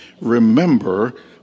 remember